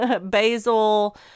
Basil